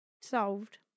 solved